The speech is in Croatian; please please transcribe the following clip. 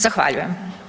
Zahvaljujem.